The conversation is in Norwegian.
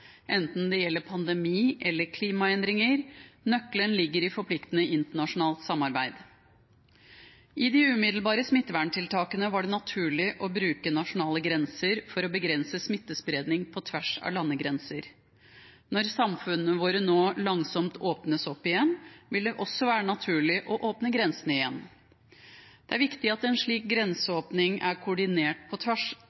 Enten det gjelder pandemi eller klimaendringer – nøkkelen ligger i forpliktende internasjonalt samarbeid. I de umiddelbare smitteverntiltakene var det naturlig å bruke nasjonale grenser for å begrense smittespredning på tvers av landegrenser. Når samfunnene våre nå langsomt åpnes opp igjen, vil det også være naturlig å åpne grensene igjen. Det er viktig at en slik